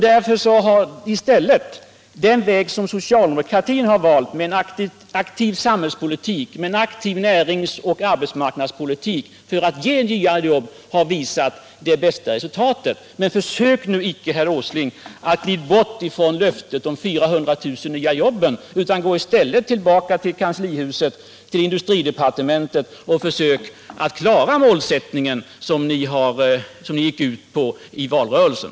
Därför har den väg som socialdemokratin valt med en aktiv samhällspolitik, en aktiv näringsoch arbetsmarknadspolitik för att ge nya jobb visat det bästa resultatet. Försök icke, herr Åsling, att glida bort från löftet om de 400 000 nya jobben, utan gå i stället tillbaka till kanslihuset och industridepartementet och försök att klara den målsättningen, som ni gick ut med i valrörelsen!